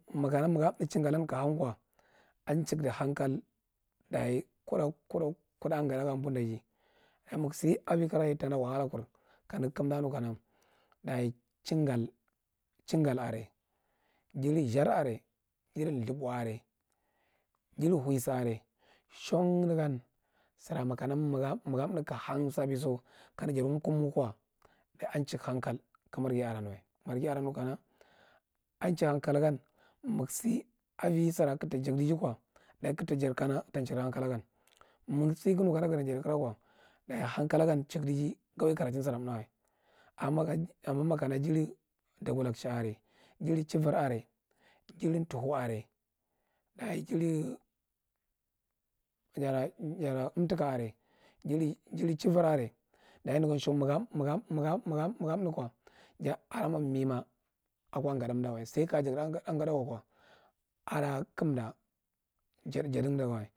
Makana waga nuthi chingallan ka ham kow an chikdi hankal daye kudda kudda ungathia nabondaje daye mage siye ako uvi kiraye tanaga wahala kur, kameghi kam dannu kana shangal are jiri zira are, jiri dhubow are jiri huwibah are shan negam sira ma kanu makana ja ka thih ka han gambiso kana jati kunga ko ja daye amchukhankal ka murgha aman anuwa, marghi argan nukana maya biye ako uvisira kata jarligahawi daye kagu taja dikana achin hanyan maga siye kana gadakran ko daye him kalagan chikdiji ga uwi korachi sira thab wa, anya makana jiri dakalashe nne jiri chivir are, jiri tuchuh are, thia jiri jara jara umtika are jin jiri chimir are daye negan shan maga, maga maga thud ko n damo unema aka ungathali umdamwa sai kagakdi ungathah wa ko da mo mema uko umgathan umdan wa saidai kajadukdi.